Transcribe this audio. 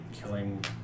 killing